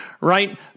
right